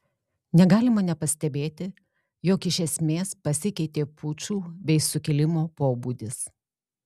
negalima nepastebėti jog iš esmės pasikeitė pučų bei sukilimo pobūdis